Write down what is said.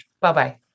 Bye-bye